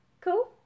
Cool